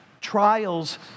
Trials